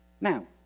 now